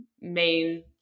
main